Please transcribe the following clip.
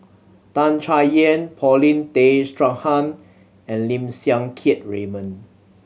Tan Chay Yan Paulin Tay Straughan and Lim Siang Keat Raymond